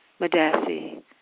Madasi